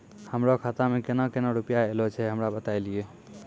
हमरो खाता मे केना केना रुपैया ऐलो छै? हमरा बताय लियै?